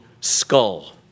skull